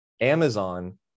Amazon